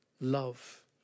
love